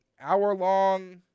hour-long